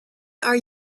are